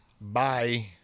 Bye